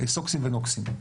סוקסים ונוקסים.